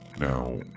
Now